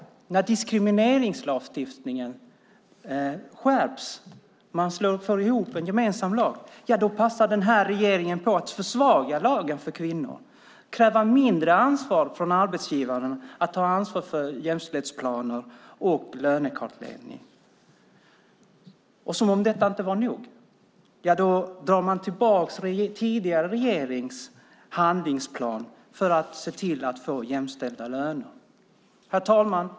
När diskrimineringslagstiftningen skärps och förs ihop i en gemensam lag passar den här regeringen på att försvaga lagen för kvinnor och kräva mindre av arbetsgivarna när det gäller att ta ansvar för jämställdhetsplaner och lönekartläggning. Som om detta inte var nog drar man tillbaka tidigare regerings handlingsplan för att få jämställda löner. Herr talman!